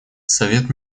совет